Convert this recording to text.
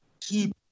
Keep